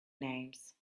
names